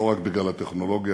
לא רק בגלל הטכנולוגיה,